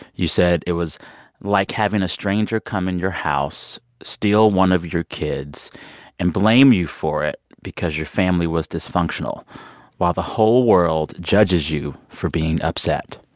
you said it was like having a stranger come in your house, steal one of your kids and blame you for it because your family was dysfunctional while the whole world judges you for being upset